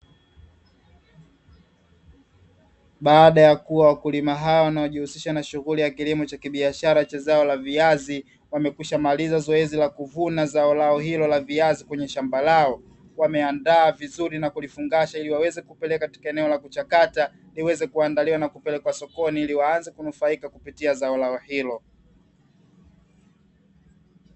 Baada ya kuwa wakulima hawa wanaojihusisha na shughuli ya kilimo cha kibiashara cha zao la viazi, wamekwishamaliza zoezi la kuvuna zao lao hilo la viazi kwenye shamba lao, wameandaa vizuri na kulifungasha, ili waweze kupeleka katika eneo la kuchakata, viweze kuandaliwa na kupelekwa sokoni ili waanze kunufaika kupitia zao lao hilo.